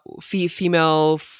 female